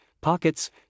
pockets